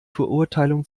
verurteilung